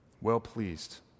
Well-pleased